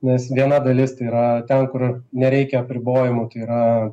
nes viena dalis tai yra ten kur nereikia apribojimų tai yra